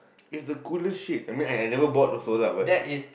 it's the coolest shit I mean I I never bought also lah but